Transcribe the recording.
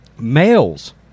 Males